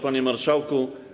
Panie Marszałku!